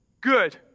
Good